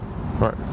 Right